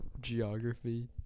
geography